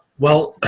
well,